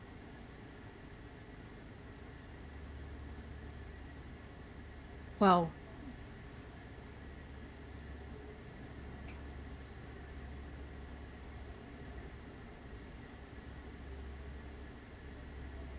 !wow!